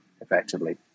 effectively